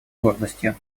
гордостью